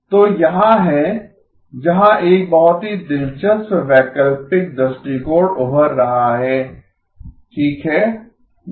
तो यहाँ है जहाँ एक बहुत ही दिलचस्प वैकल्पिक दृष्टिकोण उभर रहा है ठीक है